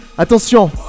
Attention